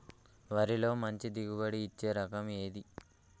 వరిలో మంచి దిగుబడి ఇచ్చే రకం ఏది?